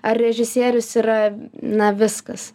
ar režisierius yra na viskas